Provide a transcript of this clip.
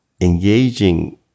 engaging